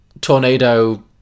Tornado